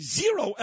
zero